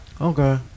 Okay